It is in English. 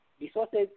resources